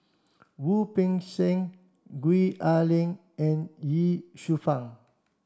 Wu Peng Seng Gwee Ah Leng and Ye Shufang